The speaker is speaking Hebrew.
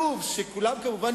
כמובן,